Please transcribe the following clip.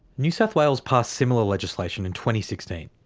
new south wales passed similar legislation in twenty sixteen.